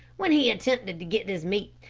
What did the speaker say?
when he attempted to get this meat,